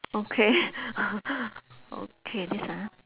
okay okay this ah